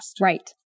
Right